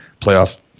playoff